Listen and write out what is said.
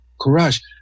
courage